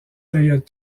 périodes